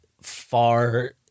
far